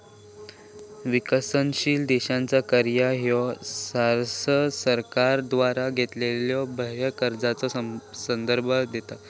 विकसनशील देशांचा कर्जा ह्यो सहसा सरकारद्वारा घेतलेल्यो बाह्य कर्जाचो संदर्भ देता